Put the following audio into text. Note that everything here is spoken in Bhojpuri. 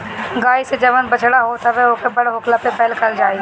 गाई से जवन बछड़ा होत ह ओके बड़ होखला पे बैल कहल जाई